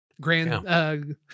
grand